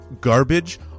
garbage